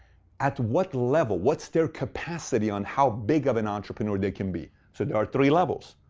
at what level, what's their capacity on how big of an entrepreneur they can be. so there are three levels.